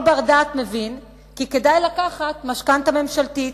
כל בר-דעת מבין כי כדאי לקחת משכנתה ממשלתית,